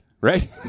right